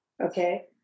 Okay